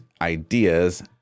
Ideas